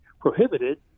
prohibited